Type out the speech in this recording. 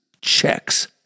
checks